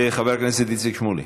חבר הכנסת איציק שמולי,